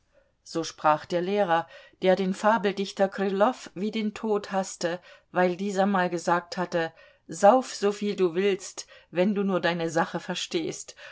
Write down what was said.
so sprach dieser lehrer der den fabeldichter krylow wie den tod haßte weil dieser mal gesagt hatte sauf soviel du willst wenn du nur deine sache verstehst